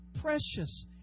precious